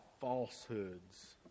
falsehoods